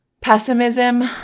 pessimism